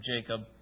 Jacob